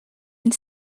been